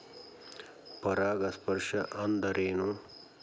ಪರಾಗಸ್ಪರ್ಶ ಅಂದರೇನು?